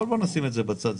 אבל בואו נשים את זה בצד,